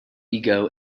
ego